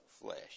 flesh